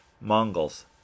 Mongols